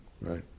right